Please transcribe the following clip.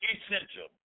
Essential